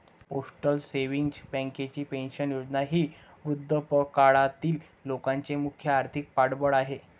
postal savings बँकेची pension योजना ही वृद्धापकाळातील लोकांचे मुख्य आर्थिक पाठबळ आहे